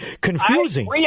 confusing